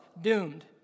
doomed